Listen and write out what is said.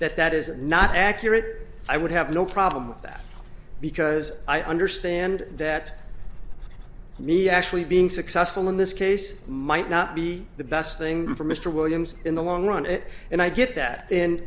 that that is not accurate i would have no problem with that because i understand that me actually being successful in this case might not be the best thing for mr williams in the long run it and i get that and